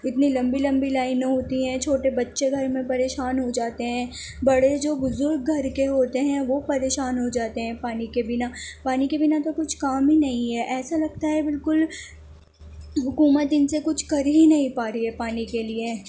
اتنی لمبی لمبی لائنیں ہوتی ہیں چھوٹے بچے گھر میں پریشان ہو جاتے ہیں بڑے جو بزرگ گھر کے ہوتے ہیں وہ پریشان ہو جاتے ہیں پانی کے بنا پانی کے بنا تو کچھ کام ہی نہیں ہے ایسا لگتا ہے بالکل حکومت ان سے کچھ کر ہی نہیں پا رہی ہے پانی کے لیے